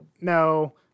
no